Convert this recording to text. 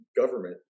government